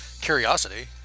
Curiosity